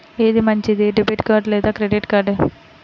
ఏది మంచిది, debit card లేదా క్రెడిట్ కార్డ్?